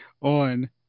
on